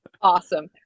awesome